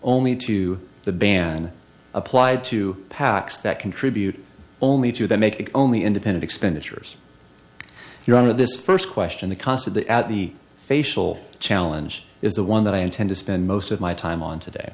only to the ban applied to pacs that contribute only to that make it only independent expenditures you're out of this first question the cost of the at the facial challenge is the one that i intend to spend most of my time on today